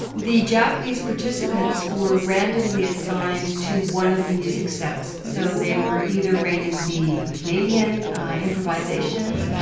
the japanese participants were randomly assigned to one of the music sets, so they were either rating the canadian improvisations